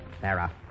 Sarah